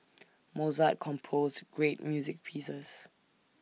Mozart composed great music pieces